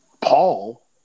Paul